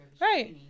Right